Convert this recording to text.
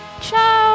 Ciao